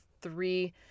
three